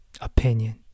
Opinion